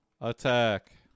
attack